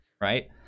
right